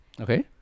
Okay